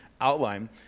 outline